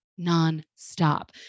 nonstop